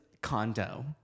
condo